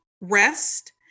rest